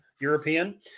European